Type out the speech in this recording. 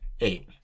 Eight